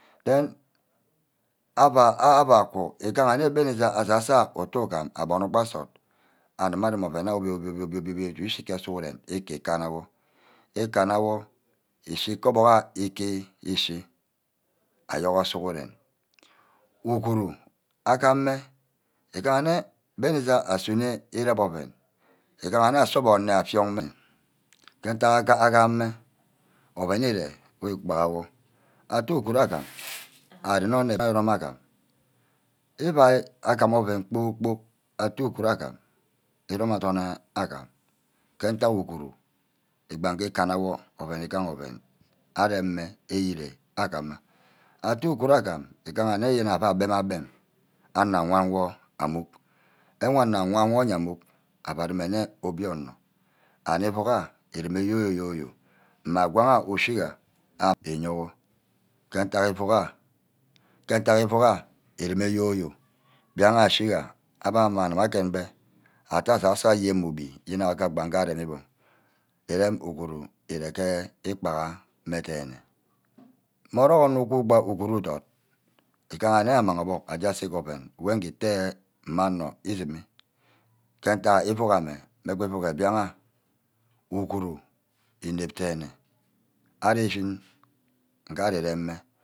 Then ava-ava ku iganne bene asasor ayo utu ugam abonor gba nsort anim-anim your obio obio-bia dudu ishi ke sughuren nge kana-wor íkann. wor ishi ke obuck aye íkí ishi agourho sughuren. uguru agameh igaha nne benni asuno irep oven. igahenne ase orbuck nni afion-mme. ke ntack agam mme oven ire wor ikpaga-awor atte uguru agam arenne ntaik irome adorn agam. ivai agam oven kpor-kpork atte uguru agam. irome adorn agam ke ntack uguru igbange ikanna wor oven igaha oven arem mme iyire agam atte uguru agam anor awan wor amuk. ke wor anor awan ye amuk ava rume-nne obio onor and iuuck ayo iuu rume yo-yo-yo-yo mme ngwag ayor ushiga api iyourwor ke ntack iuuck ah. ke ntack iuuck ah íreme yo-y. mbiagha ashiga abbe amang agend mbe. atte asasor ayor yene mme owi-egbi yenne gbagha areme bug. uguru íreke íkpagha denne. mmorockho onor wund uguru ìdot gigaha nne amang obuck aje se ke oven wengi íte mma onor ishími. ke ntack ívuck ame. mme bah ívuck mbía ayour. uguru inep denne. arí îshin nge ari remme